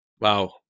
Wow